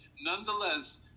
Nonetheless